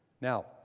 Now